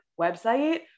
website